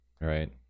right